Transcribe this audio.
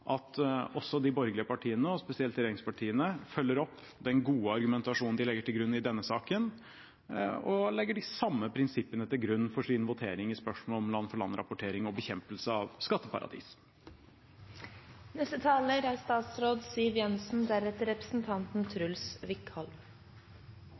at også de borgerlige partiene, og spesielt regjeringspartiene, følger opp den gode argumentasjonen de legger til grunn i denne saken, og legger de samme prinsippene til grunn for sin votering i saker om land-for-land-rapportering og bekjempelse av skatteparadis. Offentlighet rundt eierskap er